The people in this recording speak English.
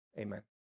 Amen